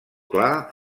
clar